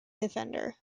defender